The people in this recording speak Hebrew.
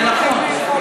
זה נכון.